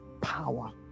power